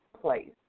place